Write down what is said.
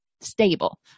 stable